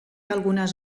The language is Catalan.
algunes